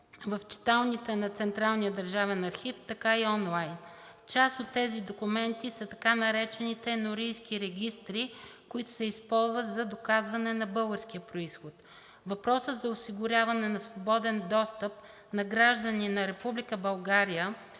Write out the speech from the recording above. държавен архив, така и онлайн. Част от тези документи са така наречените енорийски регистри, които се използват за доказването на български произход. Въпросът за осигуряването на свободен достъп на граждани на Република